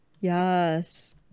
Yes